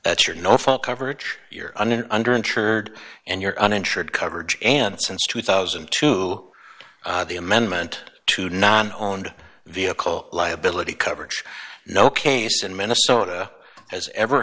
that's your no fault coverage you're an under insured and your uninsured coverage and since two thousand and two the amendment to non owned vehicle liability coverage no case in minnesota has ever